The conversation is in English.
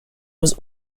was